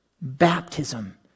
Baptism